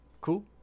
Cool